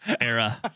era